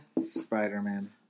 Spider-Man